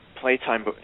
playtime